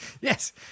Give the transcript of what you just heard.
Yes